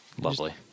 Lovely